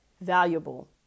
valuable